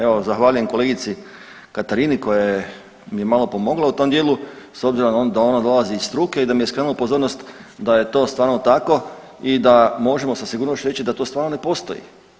Evo, zahvaljujem kolegici Katarina koja je, mi je malo pomogla u tom dijelu s obzirom da ona dolazi iz struke i dami je skrenula pozornost da je to stvarno tako i da možemo sa sigurnošću reći da to stvarno ne postoji.